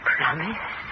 Promise